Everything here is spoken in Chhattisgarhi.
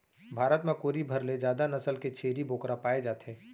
भारत म कोरी भर ले जादा नसल के छेरी बोकरा पाए जाथे